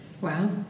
Wow